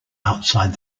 outside